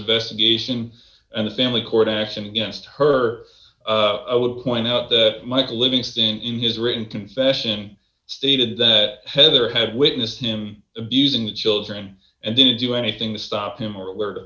investigation and a family court action against her i would point out that michael livingston in his written confession stated that heather had witnessed him abusing the children and didn't do anything to stop him or were